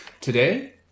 Today